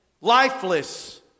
lifeless